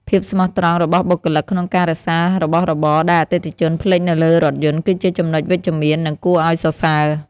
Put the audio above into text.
ភាពស្មោះត្រង់របស់បុគ្គលិកក្នុងការរក្សារបស់របរដែលអតិថិជនភ្លេចនៅលើរថយន្ត គឺជាចំណុចវិជ្ជមាន និងគួរឱ្យសរសើរ។